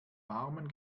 warmen